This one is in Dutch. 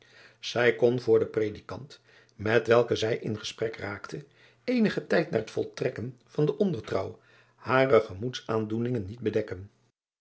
ij kon voor den redikant met welken zij in gesprek raakte eenigen tijd na het voltrekken van de driaan oosjes zn et leven van aurits ijnslager ondertrouw hare gemoedsaandoeningen niet bedekken